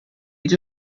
age